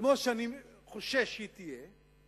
כמו שאני חושש שהיא תהיה,